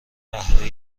قهوه